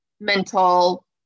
mental